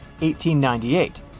1898